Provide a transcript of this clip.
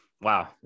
Wow